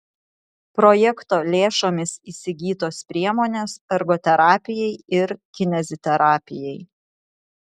projekto lėšomis įsigytos priemonės ergoterapijai ir kineziterapijai